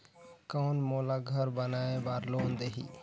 कौन मोला घर बनाय बार लोन देही?